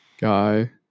guy